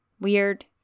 weird